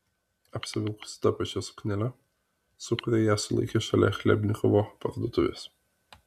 apsivilkusi ta pačia suknele su kuria ją sulaikė šalia chlebnikovo parduotuvės